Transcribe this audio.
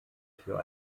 für